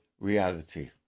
reality